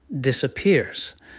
disappears